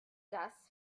das